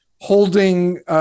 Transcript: holding